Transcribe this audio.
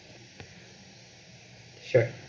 sure